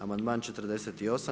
Amandman 48.